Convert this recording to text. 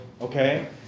okay